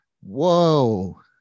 whoa